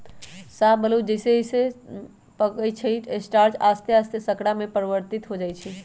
शाहबलूत जइसे जइसे पकइ छइ स्टार्च आश्ते आस्ते शर्करा में परिवर्तित हो जाइ छइ